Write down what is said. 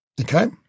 Okay